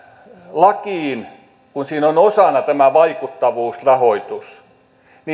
lakiin kun siinä on on osana tämä vaikuttavuusrahoitus